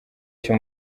cyo